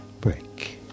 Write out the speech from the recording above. break